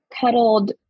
cuddled